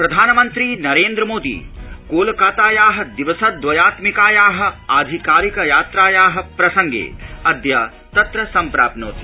प्रधानमन्त्री नरद्वि मोदी कोलकातायाः दिवसद्वयात्मिकायाः आधिकारिक यात्रायाः प्रसंगखिद्य तत्र संप्राप्नोति